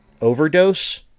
Overdose